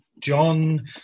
John